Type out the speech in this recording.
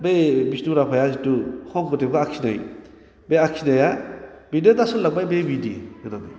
बे बिष्णु राभाया जिथु शंकरदेबखौ आखिनाय बे आखिनाया बेनो दा सोलिलांबाय बे बिदि होन्नानै